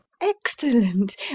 Excellent